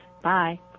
Bye